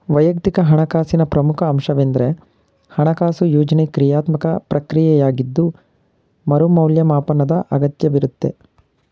ವೈಯಕ್ತಿಕ ಹಣಕಾಸಿನ ಪ್ರಮುಖ ಅಂಶವೆಂದ್ರೆ ಹಣಕಾಸು ಯೋಜ್ನೆ ಕ್ರಿಯಾತ್ಮಕ ಪ್ರಕ್ರಿಯೆಯಾಗಿದ್ದು ಮರು ಮೌಲ್ಯಮಾಪನದ ಅಗತ್ಯವಿರುತ್ತೆ